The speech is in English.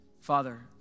Father